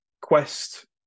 quest